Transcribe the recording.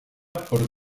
por